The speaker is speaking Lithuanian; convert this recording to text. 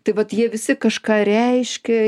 tai vat jie visi kažką reiškia